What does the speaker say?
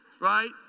right